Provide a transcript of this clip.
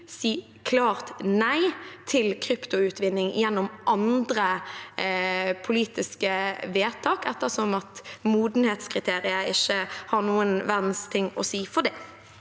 si klart nei til kryptoutvinning gjennom andre politiske vedtak, ettersom modenhetskriteriet ikke har noen verdens ting å si for det.